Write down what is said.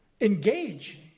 engage